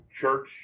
church